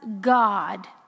God